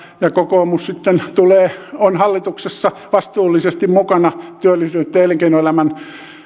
ja kokoomus sitten on hallituksessa vastuullisesti mukana työllisyyttä ja elinkeinoelämän